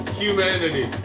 humanity